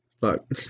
fuck